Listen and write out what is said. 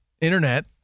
internet